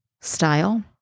style